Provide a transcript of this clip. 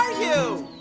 ah you?